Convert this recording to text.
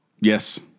Yes